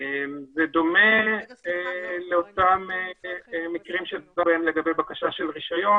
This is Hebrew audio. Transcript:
זה דומה לאותם מקרים לגבי בקשה של רישיון